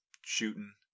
shooting